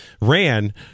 ran